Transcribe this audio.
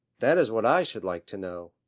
that is what i should like to know.